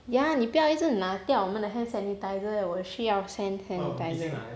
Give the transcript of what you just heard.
ya 你不要一直拿掉我们的 hand sanitisers eh 我也需要 hand sanitiser